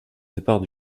départ